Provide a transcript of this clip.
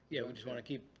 yeah. we just want to keep,